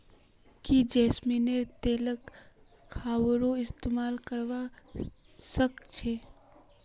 की जैस्मिनेर तेलक खाबारो इस्तमाल करवा सख छ